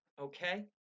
okay